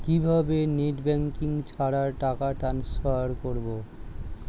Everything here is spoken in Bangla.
কিভাবে নেট ব্যাঙ্কিং ছাড়া টাকা টান্সফার করব?